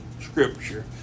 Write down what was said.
scripture